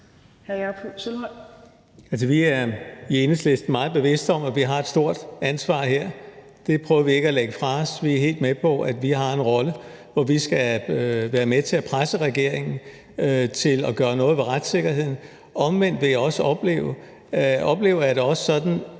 Vi er i Enhedslisten meget bevidste om, at vi har et stort ansvar her. Det prøver vi ikke at lægge fra os. Vi er helt med på, at vi har en rolle, for vi skal være med til at presse regeringen til at gøre noget ved retssikkerheden. Omvendt oplever jeg det også sådan,